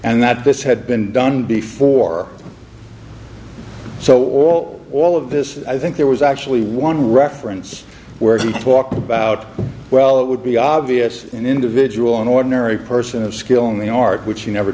and that this had been done before so all all of this i think there was actually one reference where he talked about well it would be obvious and individual an ordinary person of skill in the art which you never